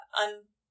un-